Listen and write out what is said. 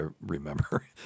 remember